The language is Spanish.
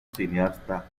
cineasta